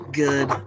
good